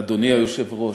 אדוני היושב-ראש.